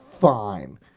fine